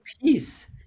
peace